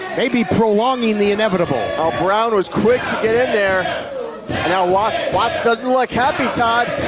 maybe prolonging the inevitable. ah brown was quick to get in there, and now watts watts doesn't look happy, todd!